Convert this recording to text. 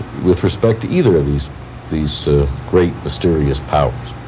with respect to either of these these great mysterious powers.